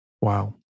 Wow